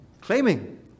claiming